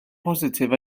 positif